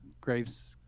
Graves